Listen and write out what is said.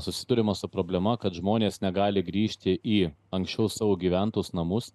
susiduriama su problema kad žmonės negali grįžti į anksčiau savo gyventus namus